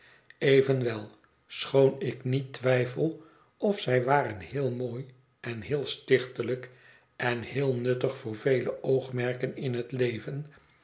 evenwel schoon ik niet twijfel of zij waren heel mooi en heel stichtelijk en heel nuttig voor vele oogmerken in het ieven